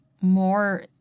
more